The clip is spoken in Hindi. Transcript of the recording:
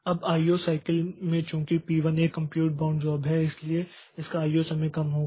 अबआईओ साइकिल में चूंकि P1 एक कम्प्यूट बाउंड जॉब है इसलिए इसका आईओ समय कम होगा